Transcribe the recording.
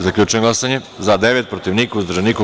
Zaključujem glasanje: za – devet, protiv – niko, uzdržan – niko.